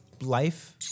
life